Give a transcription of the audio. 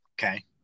Okay